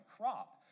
crop